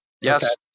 Yes